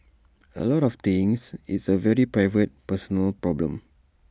A lot of things it's A very private personal problem